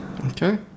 Okay